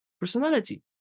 Personality